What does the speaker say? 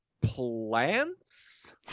Plants